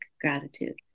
gratitude